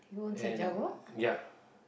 and ya